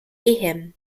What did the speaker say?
ehem